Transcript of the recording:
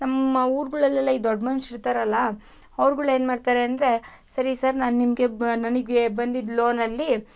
ನಮ್ಮ ಊರುಗಳಲೆಲ್ಲಾ ಈ ದೊಡ್ಡ ಮನುಷ್ರು ಇದ್ದಾರಲ್ಲ ಅವ್ರುಗಳು ಏನು ಮಾಡ್ತಾರೆ ಅಂದರೆ ಸರಿ ಸರ್ ನಾನು ನಿಮಗೆ ಬ ನನಗೆ ಬಂದಿದ್ದ ಲೋನಲ್ಲಿ